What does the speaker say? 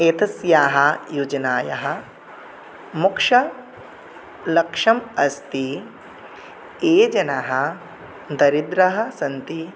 एतस्याः योजनायाः मुख्यलक्ष्यम् अस्ति ये जनाः दरिद्राः सन्ति